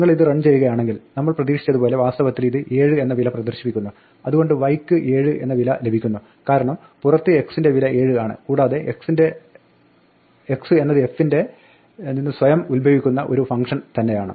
നിങ്ങൾ ഇത് റൺ ചെയ്യുകയാണെങ്കിൽ നമ്മൾ പ്രതീക്ഷിച്ചതുപോലെ വാസ്തവത്തിൽ ഇത് 7 എന്ന വില പ്രദർശിപ്പിക്കുന്നു അതുകൊണ്ട് y ക്ക് 7 എന്ന വില ലഭിക്കുന്നു കാരണം പുറത്ത് x ന്റെ വില 7 ആണ് കൂടാതെ x എന്നത് f ന്റെ നിന്ന് സ്വയം ഉത്ഭവിക്കുന്ന ഒരു ഫംഗ്ഷൻ തന്നെയാണ്